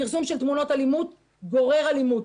פרסום של תמונות אלימות גורר אלימות.